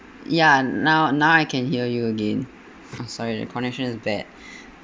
ya now now I can hear you again uh sorry the connection is bad